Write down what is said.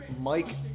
Mike